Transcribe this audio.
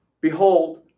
Behold